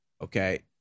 Okay